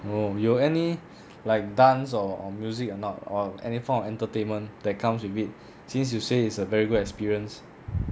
oh 有 any like dance or music or not or any form of entertainment that comes with it since you say it's a very good experience